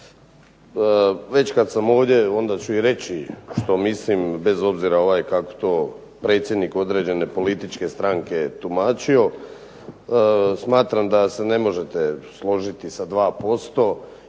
već kada sam ovdje onda ću i reći što mislim bez obzira kako to predsjednik određene političke stranke tumačio, smatram da se ne možete složiti sa 2%,